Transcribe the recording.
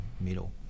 middle